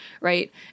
right